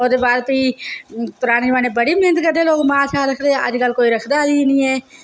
ओह्दे बाद प्ही पराने जमानै बड़ी मैह्नत करदे लोग माल रखदे अजकल कोई रखदा निं ऐ